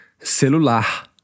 celular